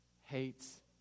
hates